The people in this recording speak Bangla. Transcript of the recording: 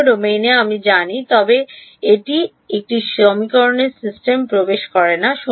পুরো ডোমেইনে আমরা জানি তবে এটি সমীকরণের সিস্টেমে প্রবেশ করে না